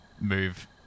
move